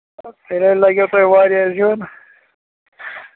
تیٚلہِ ہَے لَگیٚو تۄہہِ واریاہ زیُن